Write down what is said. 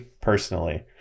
personally